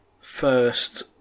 first